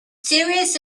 serious